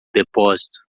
depósito